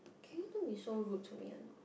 can you don't be so rude to me a not